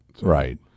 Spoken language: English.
Right